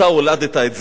אתה הולדת את זה,